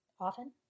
often